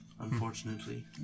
Unfortunately